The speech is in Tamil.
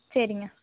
சரிங்க